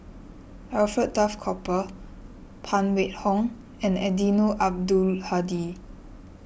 Alfred Duff Cooper Phan Wait Hong and Eddino Abdul Hadi